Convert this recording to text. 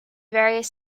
various